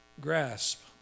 grasp